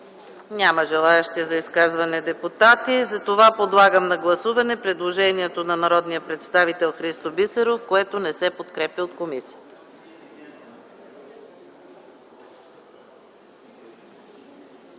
Няма желаещи депутати за изказвания? Подлагам на гласуване предложението на народния представител Христо Бисеров, което не се подкрепя от комисията.